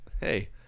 Hey